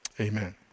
amen